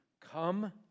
come